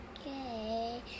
Okay